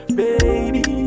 baby